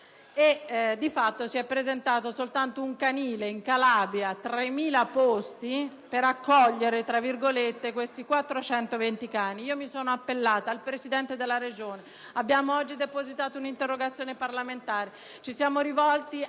di fatto, si è presentato soltanto un canile della Calabria: 3.000 posti per "accogliere" questi 420 cani. Mi sono appellata al Presidente della Regione, abbiamo oggi depositato un'interrogazione parlamentare e ci siamo rivolti